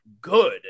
good